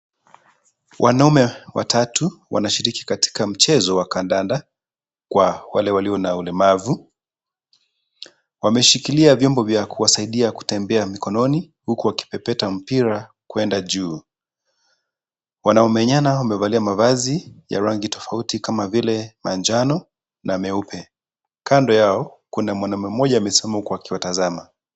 Wanaume watatu wanashiriki katika mchezo wa kandanda Kwa wale walio na ulemavu , wameshikilia vyombo vya kuwasaidia kutembea mkononi huku akipepeta mpira kuenda juu . Wanamenyana wamevalia mavazi ya rangi tofauti kama vile manjano na meupe. Kando yao kuna mwanaume mmoja amesimama akiwatazama.